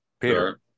Peter